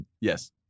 Yes